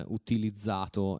utilizzato